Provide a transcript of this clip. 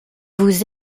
vous